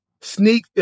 sneak